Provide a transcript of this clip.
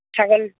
ছাগল